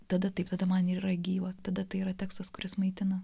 tada taip tada man yra gyva tada tai yra tekstas kuris maitina